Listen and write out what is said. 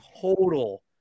total